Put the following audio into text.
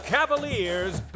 Cavaliers